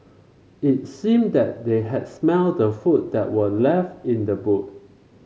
it seemed that they had smelt the food that were left in the boot